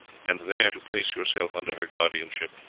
and there to place yourself under her guardianship,